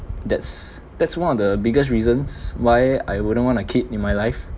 that's that's one of the biggest reasons why I wouldn't want a kid in my life